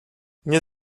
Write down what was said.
nie